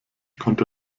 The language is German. konnte